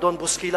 אדון בוסקילה,